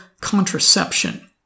contraception